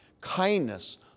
kindness